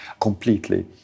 completely